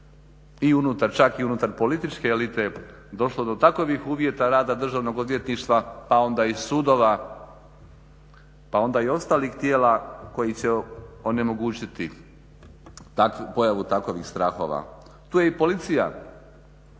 i unutar čak, i unutar političke elite došlo do takovih uvjeta rada Državnog odvjetništva pa onda i sudova pa onda i ostalih tijela koji će onemogućiti pojavu takovih strahova. Tu je i policija,